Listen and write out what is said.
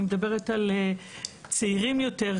אני מדברת על צעירים יותר,